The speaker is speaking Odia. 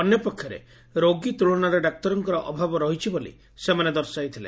ଅନ୍ୟ ପକ୍ଷରେ ରୋଗୀ ତୂଳନାରେ ଡାକ୍ତରଙ୍କ ଅଭାବ ରହିଛି ବୋଲି ସେମାନେ ଦର୍ଶାଇଥିଲେ